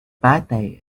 birthday